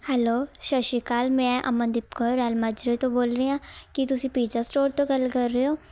hello ਸਤਿ ਸ਼੍ਰੀ ਅਕਾਲ ਮੈਂ ਅਮਨਦੀਪ ਕੌਰ ਰੈਲ ਮਾਜਰੇ ਤੋਂ ਬੋਲ ਰਹੀ ਹਾਂ ਕੀ ਤੁਸੀਂ ਪੀਜ਼ਾ ਸਟੋਰ ਤੋਂ ਗੱਲ ਕਰ ਰਹੇ ਹੋ